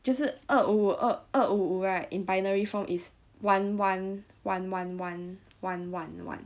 就是二五五二二五五 right in binary form is one one one one one one one one